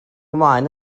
ymlaen